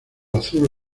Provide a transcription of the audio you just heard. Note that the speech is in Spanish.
azul